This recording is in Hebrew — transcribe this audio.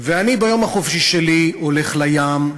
ואני ביום החופשי שלי הולך לים,